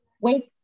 Waste